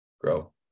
Grow